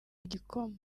igikoma